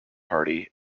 party